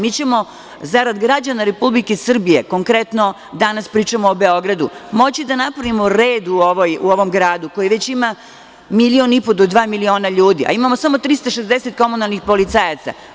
Mi ćemo zarad građana Republike Srbije, konkretno danas pričamo o Beogradu, moći da napravimo red u ovom gradu koji već ima milion i po do dva miliona ljudi, a imamo samo 360 komunalnih policajaca.